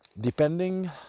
depending